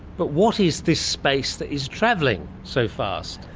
but what is this space that is travelling so fast?